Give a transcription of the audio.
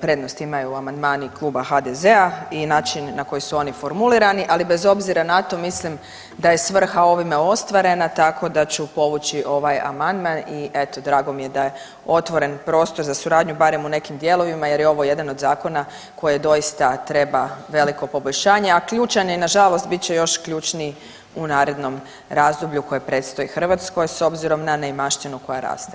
prednost imaju amandmani Kluba HDZ-a i način na koji su oni formulirani, ali bez obzira na to mislim da je svrha ovime ostvarena, tako da ću povući ovaj amandman i eto drago mi je da je otvoren prostor za suradnju barem u nekim dijelovima jer je ovo jedan od zakona koji doista treba veliko poboljšanje, a ključan je i nažalost bit će još ključniji u narednom razdoblju koje predstoji Hrvatskoj s obzirom na neimaštinu koja raste.